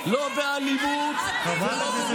למה בתום?